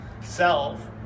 Self